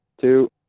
Two